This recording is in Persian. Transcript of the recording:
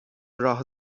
راه